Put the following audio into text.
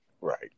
right